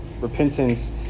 Repentance